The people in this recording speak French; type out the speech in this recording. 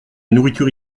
nourriture